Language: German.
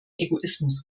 egoismus